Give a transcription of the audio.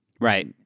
Right